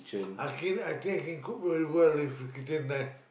I think I think I can cook very well if the kitchen nice